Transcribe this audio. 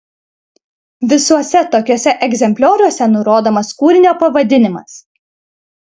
visuose tokiuose egzemplioriuose nurodomas kūrinio pavadinimas